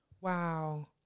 Wow